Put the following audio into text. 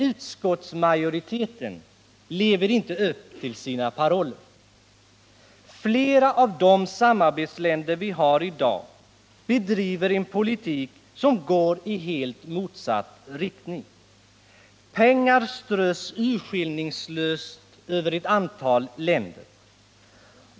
Utskottsmajoriteten lever emellertid inte upp till sina paroller. Flera av de samarbetsländer vi har i dag bedriver en politik som går i helt motsatt riktning. Pengar strös urskillningslöst över ett antal länder.